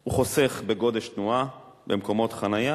הוא חוסך בגודש תנועה, במקומות חנייה.